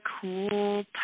cool